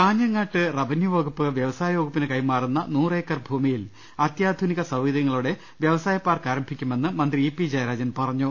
കാഞ്ഞങ്ങാട്ട് റവന്യൂ വകുപ്പ് വ്യവസായ വകുപ്പിന് കൈമാ റുന്ന നൂറ് ഏക്കർ ഭൂമിയിൽ അത്യാധുനിക സൌകര്യങ്ങളോടെ വൃവ സായ പാർക്ക് ആരംഭിക്കുമെന്ന് മന്ത്രി ഇ പി ജയരാജൻ പറഞ്ഞു